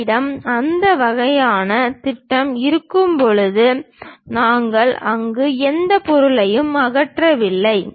எங்களிடம் அந்த வகையான திட்டம் இருக்கும்போது நாங்கள் அங்கு எந்த பொருளையும் அகற்றவில்லை